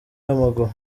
w’amaguru